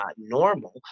normal